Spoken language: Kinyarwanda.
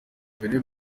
mbere